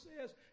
says